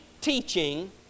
teaching